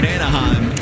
Anaheim